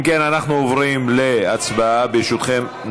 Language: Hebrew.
אם כן, אנחנו עוברים להצבעה, ברשותכם.